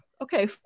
okay